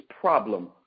problem